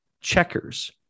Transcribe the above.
checkers